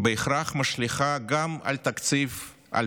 בהכרח משליכה גם על תקציב 2024,